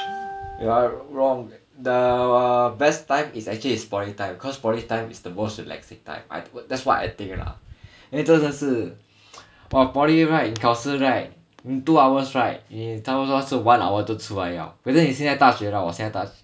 you are wrong the best time is actually it's poly time cause poly time is the most relaxing time that's what I think lah 因为真的是 for poly right 你考试 right 你 two hours right 你差不多是 one hour 就出来了可是你现在大学啦我现在大学